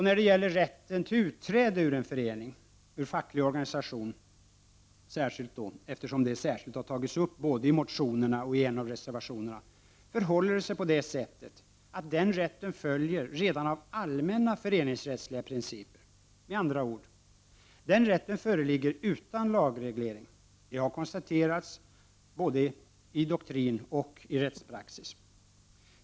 När det gäller frågan om rätten till utträde ur facklig organisation, som särskilt har tagits upp både i motionerna och i en av reservationerna, förhåller det sig på det sättet att denna rätt följer redan av allmänna föreningsrättsliga principer. Med andra ord: Den rätten föreligger utan lagreglering. Detta har konstaterats såväl i doktrin som i rättspraxis.